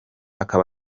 ukaba